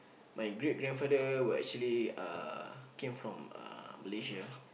my great grandfather were actually uh came from uh Malaysia